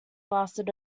lasted